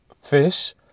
Fish